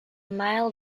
miles